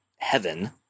heaven